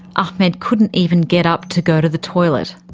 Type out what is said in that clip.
ahmed couldn't even get up to go to the toilet.